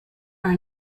are